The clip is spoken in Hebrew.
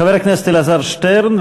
חבר הכנסת אלעזר שטרן,